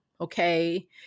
Okay